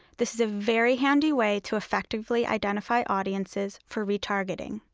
this is a very handy way to effectively identify audiences for retargeting.